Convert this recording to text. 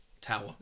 tower